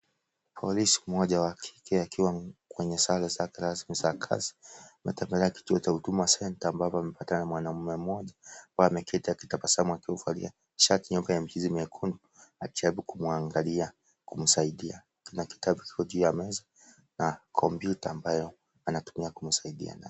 Afisa mmoja wa kijeshi wa jinsia ya kike ametembelea kituo cha Huduma Centre ambapo amepatana na mhudumu wa jinsia ya kiume aliyevaa shati nyeupe yenye mjilisi ya rangi nyekundu. Wanaonekana kuzungumziana. Kuna kitabu kimoja kilicho mezani , pamoja na kompyta anayoitumia katika kazi yake .